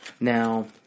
Now